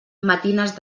matines